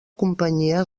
companyia